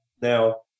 Now